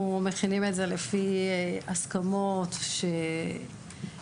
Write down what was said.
אנחנו מכינים את זה לפי הסכמות שהונהגו